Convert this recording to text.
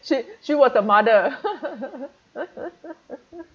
she she was the mother